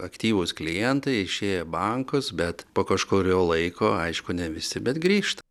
aktyvūs klientai išėjo į bankus bet po kažkurio laiko aišku ne visi bet grįžta